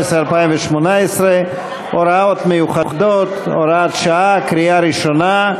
ו-2018 (הוראות מיוחדות) (הוראת שעה) בקריאה ראשונה.